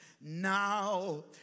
now